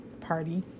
party